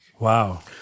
Wow